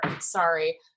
Sorry